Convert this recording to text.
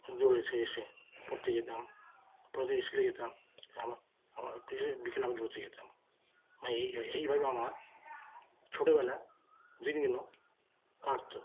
দৌড়ে থেকে এসে পড়তে যেতাম পরের দিন স্কুলে যেতাম আবার আবার বিকেলে আবার দৌড়োতে যেতাম আমার এই এইভাবে আমার ছোটবেলার দিনগুলো কাটত